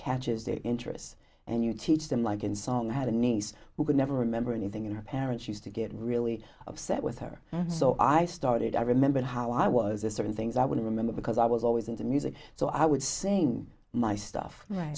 catches their interest and you teach them like and song had a niece who could never remember anything in her parents used to get really upset with her so i started i remembered how i was a certain things i would remember because i was always into music so i would saying my stuff